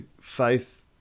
faith